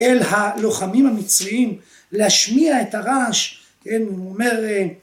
אל הלוחמים המצריים להשמיע את הרעש